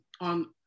on